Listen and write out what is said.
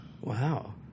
wow